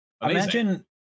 imagine